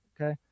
okay